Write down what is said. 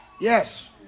Yes